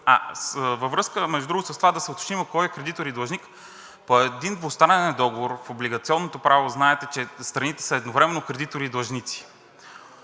Във връзка, между другото, с това да се уточним кой е кредитор и длъжник. По един двустранен договор в облигационното право знаете, че страните са едновременно кредитори и длъжници.